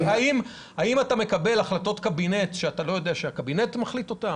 האם אתה מקבל החלטות קבינט שאתה לא יודע שהקבינט החליט אותן?